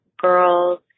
girls